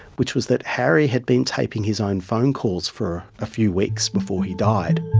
which was that harry had been taping his own phone calls for a few weeks before he died,